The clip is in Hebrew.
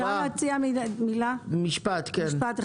אני